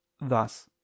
thus